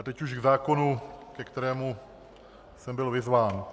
Teď už k zákonu, ke kterému jsem byl vyzván.